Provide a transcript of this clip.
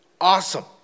awesome